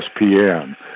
ESPN